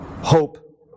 hope